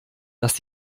dass